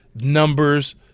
numbers